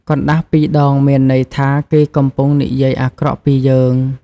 កណ្ដាស់ពីរដងមានន័យថា គេកំពុងនិយាយអាក្រក់ពីយើង។